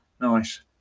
nice